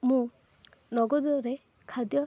ମୁଁ ନଗଦରେ ଖାଦ୍ୟ